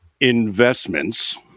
investments